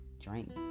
drink